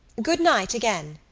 good-night, again.